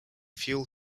fuel